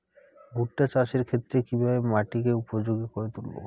ভুট্টা চাষের ক্ষেত্রে কিভাবে মাটিকে উপযোগী করে তুলবো?